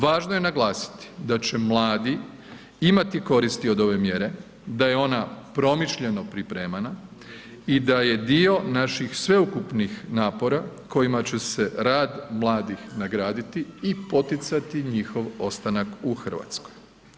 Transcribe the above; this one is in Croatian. Važno je naglasiti da će mladi imati koristi od ove mjere, da je ona promišljeno pripremana i da je dio naših sveukupnih napora kojima će se rad mladih nagraditi i poticati njihov ostanak u Hrvatskoj.